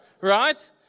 right